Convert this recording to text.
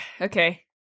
okay